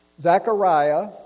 Zechariah